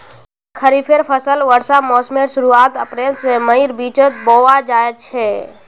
खरिफेर फसल वर्षा मोसमेर शुरुआत अप्रैल से मईर बिचोत बोया जाछे